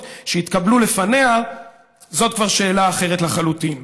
שהתקבלו לפניה זאת כבר שאלה אחרת לחלוטין.